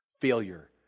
Failure